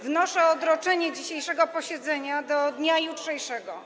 Wnoszę o odroczenie dzisiejszego posiedzenia do dnia jutrzejszego.